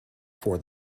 for